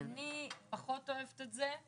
אני פחות אוהבת את זה.